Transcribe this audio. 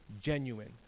genuine